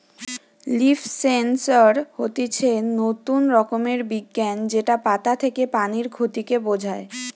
leaf sensor হতিছে নতুন রকমের বিজ্ঞান যেটা পাতা থেকে পানির ক্ষতি কে বোঝায়